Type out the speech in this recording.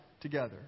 together